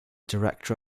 director